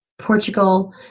Portugal